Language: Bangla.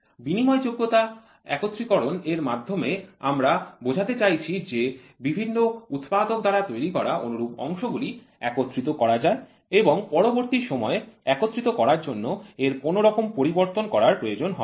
বিনিময়যোগ্য একত্রীকরণ এর মাধ্যমে আমরা বোঝাতে চাইছি যে বিভিন্ন উৎপাদক দ্বারা তৈরি করা অনুরূপ যন্ত্রাংশ গুলি একত্রিত করা যায় এবং পরবর্তী সময়ে একত্রিত করার জন্য এর কোনরকম পরিবর্তন করার প্রয়োজন হয় না